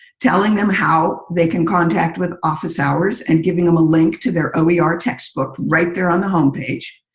telling them how they can contact with office hours and giving them a link to their oer ah textbook right there on the home page.